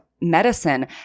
medicine